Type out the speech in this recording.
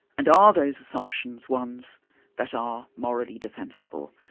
and are those assumptions ones that are morally defensible.